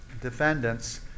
defendants